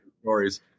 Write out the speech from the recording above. stories